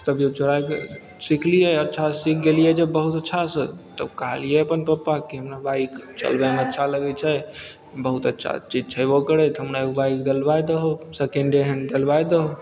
चोराकऽ सीखलियै अच्छासँ सीख गेलियै जब बहुत अच्छासँ तऽ कहलियै अपन पापाके हमरा बाइक चलबऽमे अच्छा लगय छै बहुत अच्छा चीज छेबो करय तऽ हमरा उ बाइक दिलबा दहो सेकण्डे हेन्ड दिलबाय दहो